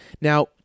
Now